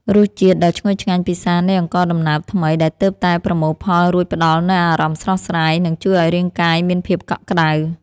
រសជាតិដ៏ឈ្ងុយឆ្ងាញ់ពិសានៃអង្ករដំណើបថ្មីដែលទើបតែប្រមូលផលរួចផ្ដល់នូវអារម្មណ៍ស្រស់ស្រាយ និង ជួយឱ្យរាងកាយមានភាពកក់ក្ដៅ។